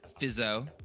Fizzo